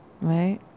Right